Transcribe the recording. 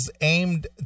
aimed